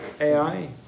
AI